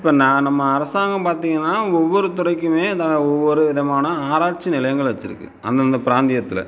இப்போ நான் நம்ம அரசாங்கம் பார்த்திங்கனா ஒவ்வொரு துறைக்குமே இது ஒவ்வொரு விதமான ஆராய்ச்சி நிலையங்கள் வச்சுருக்கு அந்தந்த பிராந்தியத்தில்